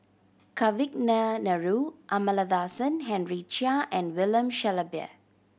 Kavignareru Amallathasan Henry Chia and William Shellabear